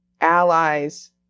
allies